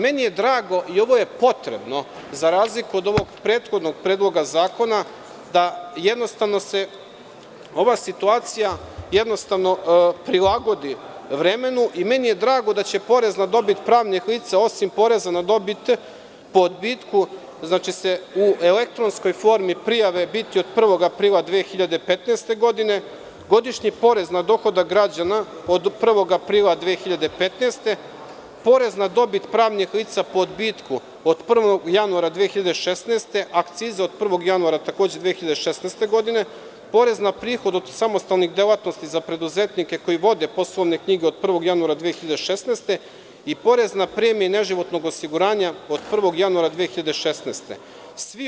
Meni je drago i ovo je potrebno, za razliku od ovog prethodnog Predloga zakona, da se jednostavno ova situacija prilagodi vremenu i drago mi je da će porez na dobit pravnih lica, osim poreza na dobit, po odbitku u elektronskoj formi prijave biti od 1. aprila 2015. godine, godišnji porez na dohodak građana od 1. aprila 2015. godine, porez na dobit pravnih lica po odbitku od 1. januara 2016. godine, akcize od 1. januara takođe 2016. godine, porez na prihod od samostalnih delatnosti za preduzetnike koji vode poslovne knjige od 1. januara 2016. godine i porez na premije neživotnog osiguranja od 1. januara 2016. godine.